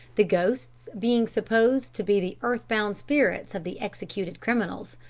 the ghosts being supposed to be the earth-bound spirits of the executed criminals.